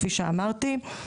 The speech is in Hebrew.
כפי שאמרתי,